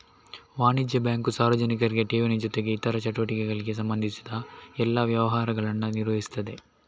ವಾಣಿಜ್ಯ ಬ್ಯಾಂಕು ಸಾರ್ವಜನಿಕರಿಗೆ ಠೇವಣಿ ಜೊತೆಗೆ ಇತರ ಚಟುವಟಿಕೆಗಳಿಗೆ ಸಂಬಂಧಿಸಿದ ಎಲ್ಲಾ ವ್ಯವಹಾರಗಳನ್ನ ನಿರ್ವಹಿಸ್ತದೆ